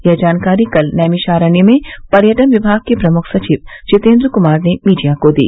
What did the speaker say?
यह जानकारी कल नैमिषारण्य में पर्यटन विभाग के प्रमुख सचिव जितेन्द्र कुमार ने मीडिया को दी